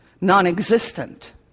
non-existent